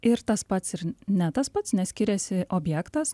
ir tas pats ir ne tas pats nes skiriasi objektas